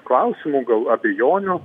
klausimų gal abejonių